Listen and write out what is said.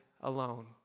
alone